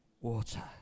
water